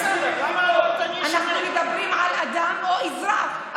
אנחנו מדברים על אדם או אזרח?